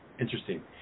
Interesting